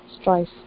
strife